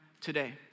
today